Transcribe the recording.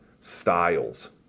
styles